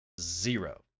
Zero